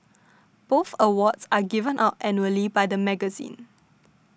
both awards are given out annually by the magazine